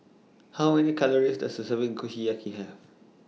How Many Calories Does A Serving Kushiyaki Have